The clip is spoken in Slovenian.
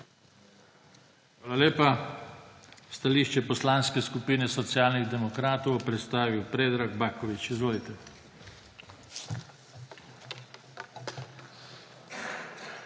Hvala lepa. Stališče Poslanske skupine Socialnih demokratov bo predstavil Predrag Baković. Izvolite. **PREDRAG